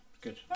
Good